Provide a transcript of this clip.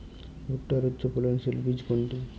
ভূট্টার উচ্চফলনশীল বীজ কোনটি?